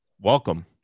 welcome